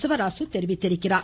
சிவராசு தெரிவித்துள்ளார்